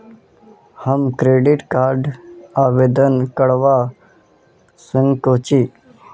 हम credit card आवेदन करवा संकोची?